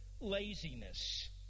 laziness